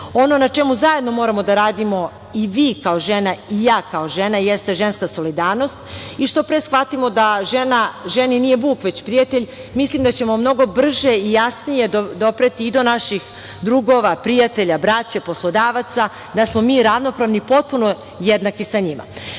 na čemu zajedno moramo da radimo i vi kao žena i ja kao žena jeste ženska solidarnost i što pre shvatimo da ženi nije vuk već prijatelj mislim da ćemo mnogo brže i jasnije dopreti i do naših drugova prijatelja, braće, poslodavaca, da smo mi ravnopravni potpuno jednaki sa